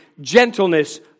gentleness